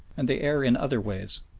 and they err in other ways.